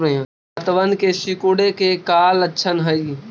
पत्तबन के सिकुड़े के का लक्षण हई?